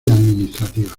administrativa